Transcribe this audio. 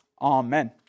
Amen